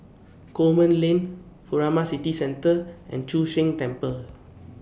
Coleman Lane Furama City Centre and Chu Sheng Temple